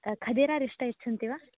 कदिरारिष्ट यच्छन्ति वा